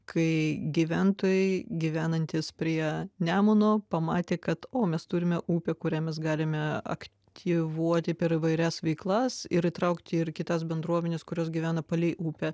kai gyventojai gyvenantys prie nemuno pamatė kad o mes turime upę kurią mes galime aktyvuoti per įvairias veiklas ir įtraukti ir kitas bendruomenes kurios gyvena palei upę